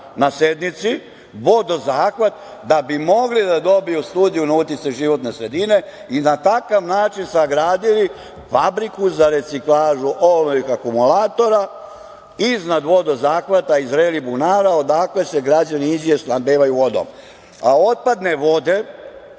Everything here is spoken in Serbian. na sednici, vodozahvat, da bi mogli da dobiju studiju na uticaj životne sredine. Na takav način su sagradili fabriku za reciklažu olovnih akumulatora iznad vodozahvata iz bunara, odakle se građani Inđije snabdevaju vodom. Otpadne vode